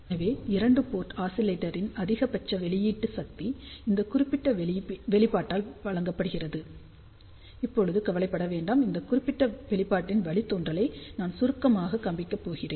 எனவே இரண்டு போர்ட் ஆஸிலேட்டரின் அதிகபட்ச வெளியீட்டு சக்தி இந்த குறிப்பிட்ட வெளிப்பாட்டால் வழங்கப்படுகிறது இப்போது கவலைப்பட வேண்டாம் இந்த குறிப்பிட்ட வெளிப்பாட்டின் வழித்தோன்றலை நான் சுருக்கமாகக் காண்பிக்கப் போகிறேன்